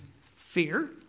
fear